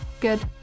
good